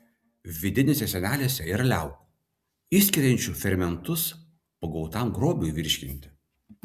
vidinėse sienelėse yra liaukų išskiriančių fermentus pagautam grobiui virškinti